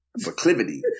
Proclivity